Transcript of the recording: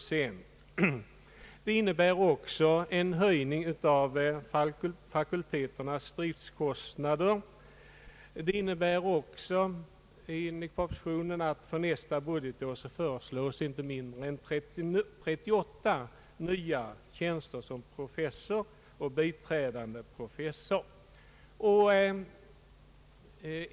Statsverkspropositionen innebär också en höjning av fakulteternas driftskostnader. För nästa budgetår föreslås inrättande av inte mindre än 38 nya tjänster som professor eller biträdande professor.